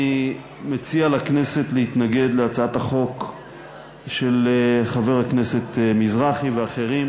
אני מציע לכנסת להתנגד להצעת החוק של חבר הכנסת מזרחי ואחרים